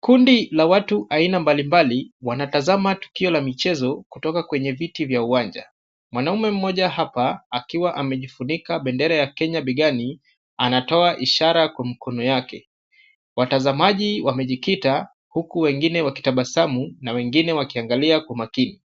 Kundi la watu aina mbalimbali wanatazama tukio la michezo kutoka kwenye viti vya uwanja. Mwanaume mmoja hapa akiwa amejifunika bendera ya Kenya begani anatoa ishara kwa mkono yake. Watazamaji wamejikita huku wengine wakitabasamu na wengine wakiangalia kwa umakini.